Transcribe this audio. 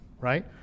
right